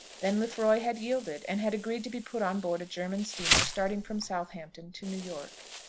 then lefroy had yielded, and had agreed to be put on board a german steamer starting from southampton to new york.